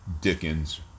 Dickens